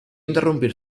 interrumpir